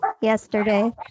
yesterday